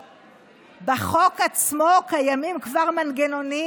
בחוק עצמו כבר קיימים מנגנונים